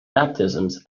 baptisms